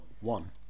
one